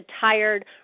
tired